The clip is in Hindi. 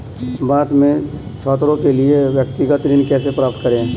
भारत में छात्रों के लिए व्यक्तिगत ऋण कैसे प्राप्त करें?